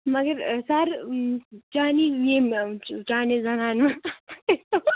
مگر سَر چانی ییٚمۍ چانی زنانہ ِووٚن